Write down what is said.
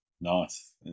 nice